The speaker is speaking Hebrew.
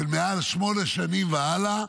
של מעל שמונה שנים והלאה.